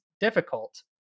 difficult